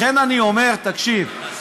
לכן אני אומר: תקשיב,